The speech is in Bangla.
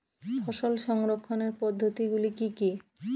ফসল সংরক্ষণের পদ্ধতিগুলি কি কি?